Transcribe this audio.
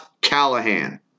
Callahan